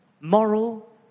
moral